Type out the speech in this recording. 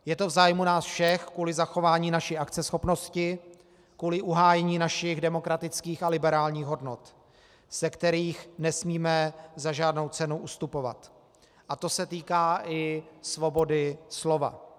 Je to v zájmu nás všech kvůli zachování naší akceschopnosti, kvůli uhájení našich demokratických a liberálních hodnot, ze kterých nesmíme za žádnou cenu ustupovat, a to se týká i svobody slova.